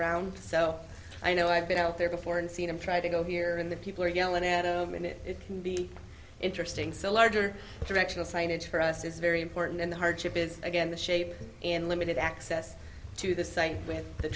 around so i know i've been out there before and seen them try to go here and the people are yellin at home and it can be interesting so larger directional signage for us is very important and the hardship is again the shape and limited access to the site with the